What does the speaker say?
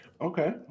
Okay